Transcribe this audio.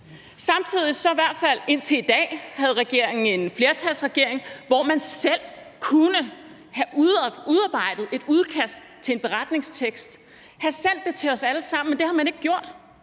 regeringen i hvert fald indtil i dag en flertalsregering, hvor man selv kunne have udarbejdet et udkast til en beretningstekst og have sendt det til os alle sammen, men det har man ikke gjort.